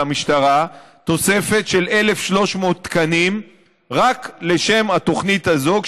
למשטרה תוספת של 1,300 תקנים רק לשם התוכנית הזאת,